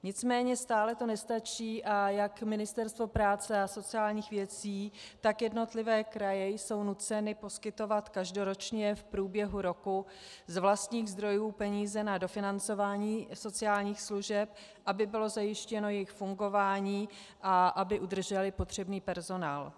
Nicméně stále to nestačí a jak Ministerstvo práce a sociálních věcí, tak jednotlivé kraje jsou nuceny poskytovat každoročně v průběhu roku z vlastních zdrojů peníze na dofinancování sociálních služeb, aby bylo zajištěno jejich fungování a aby udržely potřebný personál.